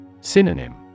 Synonym